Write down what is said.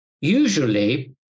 Usually